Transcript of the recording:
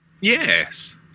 Yes